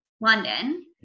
London